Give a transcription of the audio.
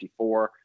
54